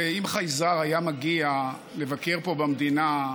ואם חייזר היה מגיע לבקר פה במדינה,